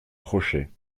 crochet